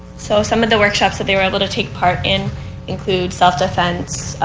so some of the workshops that they were able to take part in include self-defense,